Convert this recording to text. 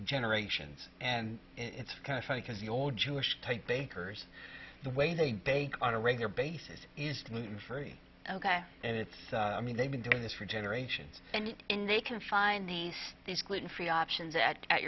generations and it's kind of funny because the old jewish type bakers the way they take on a regular basis is to move very and it's i mean they've been doing this for generations and in they can find these these gluten free options at